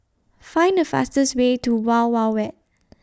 Find The fastest Way to Wild Wild Wet